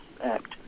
Act